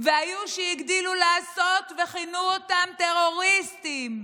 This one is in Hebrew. והיו שהגדילו לעשות וכינו אותם "טרוריסטים".